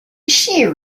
she